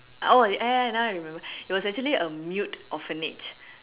oh ya ya ya now I remember it was actually a mute orphanage